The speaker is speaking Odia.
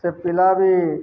ସେ ପିଲା ବି